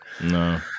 No